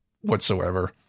whatsoever